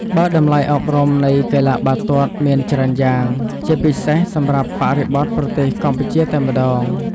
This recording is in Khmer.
បើតម្លៃអប់រំនៃកីឡាបាល់ទាត់មានច្រើនយ៉ាង ជាពិសេសសម្រាប់បរិបទប្រទេសកម្ពុជាតែម្តង។